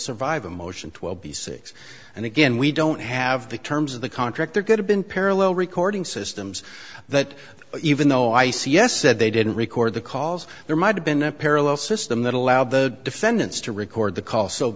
survive a motion twelve b six and again we don't have the terms of the contract there could have been parallel recording systems that even though i c s said they didn't record the calls there might have been a parallel system that allowed the defendants to record the call so